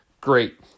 Great